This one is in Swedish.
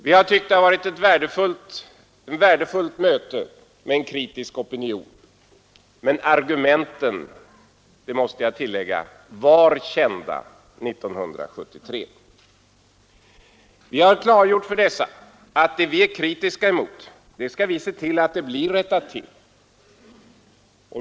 Vi har tyckt att det har varit ett värdefullt möte med en kritisk opinion, men argumenten — det måste jag tillägga — var kända 1973. Vi har klargjort att det vi är kritiska emot skall vi se till att det blir rättat till.